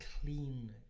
clean